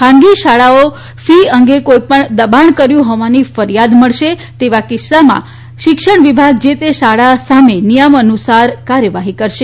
ખાનગી શાળાએ ફી અંગે કોઇ દબાણ કર્યું હોવાની ફરિયાદ મળશે તેવા કિસ્સામાં શિક્ષણ વિભાગ જે તે શાળા સામે નિયમાનુસાર કાર્યવાહી કરશે